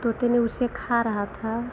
तोता उसे खा रहा था